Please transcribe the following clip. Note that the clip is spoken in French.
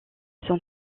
son